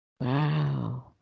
Wow